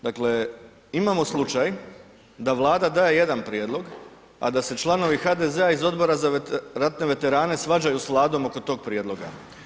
Dakle, imamo slučaj da Vlada daje jedan prijedlog, a da se članovi HDZ-a iz Odbora za ratne veterane svađaju s Vladom oko tog prijedloga.